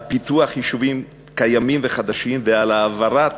על פיתוח יישובים קיימים וחדשים ועל העברת